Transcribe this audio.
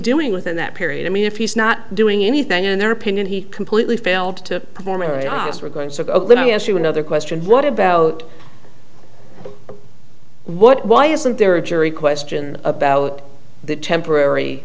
doing within that period i mean if he's not doing anything in their opinion he completely failed to form a very honest we're going to ask you another question what about what why isn't there a jury question about the temporary